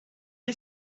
est